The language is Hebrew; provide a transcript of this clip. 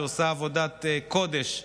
שעושה עבודת קודש,